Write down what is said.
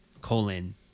colon